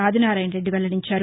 ఆదినారాయణరెడ్డి వెల్లడించారు